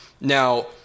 Now